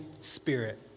Spirit